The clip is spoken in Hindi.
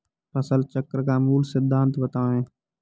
फसल चक्र का मूल सिद्धांत बताएँ?